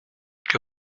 que